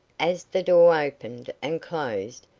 as the door opened and closed,